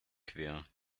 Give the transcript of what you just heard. quer